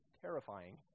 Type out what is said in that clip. terrifying